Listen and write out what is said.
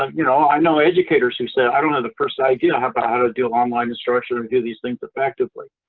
um you know, i know educators who say i don't have the first idea about ah how to do online instruction or and do these things effectively.